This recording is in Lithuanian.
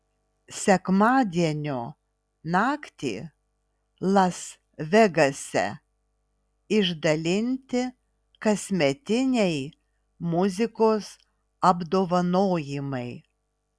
sekmadienio naktį las vegase išdalinti kasmetiniai muzikos apdovanojimai